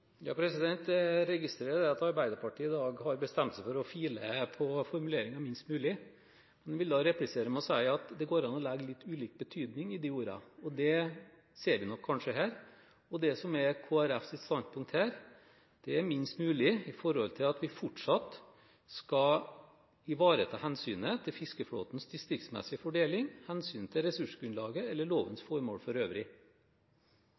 Jeg registrerer at Arbeiderpartiet i dag har bestemt seg for å file minst mulig på formuleringen og vil da replisere med å si at det går an å legge litt ulik betydning i ordene – det ser vi nok kanskje her. Det som er Kristelig Folkepartis standpunkt, er minst mulig med tanke på at vi fortsatt skal ivareta hensynet til fiskeflåtens distriktsmessige fordeling, hensynet til ressursgrunnlaget eller lovens